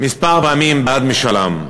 כמה פעמים בעד משאל עם.